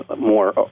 more